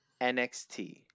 NXT